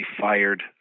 fired